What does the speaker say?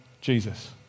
Jesus